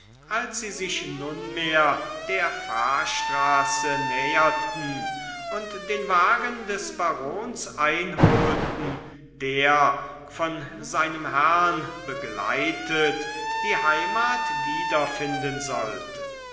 als sie sich nunmehr der fahrstraße näherten und den wagen des barons einholten der von seinem herrn begleitet die heimat wiederfinden sollte